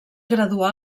graduà